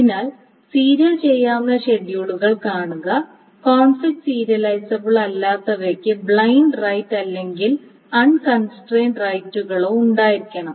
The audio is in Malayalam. അതിനാൽ സീരിയൽ ചെയ്യാവുന്ന ഷെഡ്യൂളുകൾ കാണുക കോൺഫ്ലിക്റ്റ് സീരിയലൈസബിൾ അല്ലാത്തവയ്ക്ക് ബ്ലൈൻഡ് റൈറ്റ് അല്ലെങ്കിൽ അൺകൺസ്ട്രെയിൻഡ് റൈറ്റുകളോ ഉണ്ടായിരിക്കണം